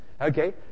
Okay